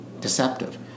deceptive